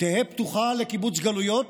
"תהא פתוחה לקיבוץ גלויות"